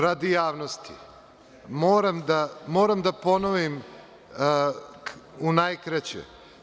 Radi javnosti, moram da ponovim u najkraće.